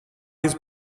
his